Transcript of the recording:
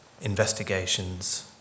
investigations